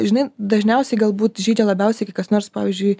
žinai dažniausiai galbūt žeidžia labiausiai kai kas nors pavyzdžiui